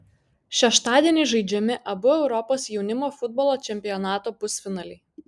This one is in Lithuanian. šeštadienį žaidžiami abu europos jaunimo futbolo čempionato pusfinaliai